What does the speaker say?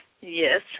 Yes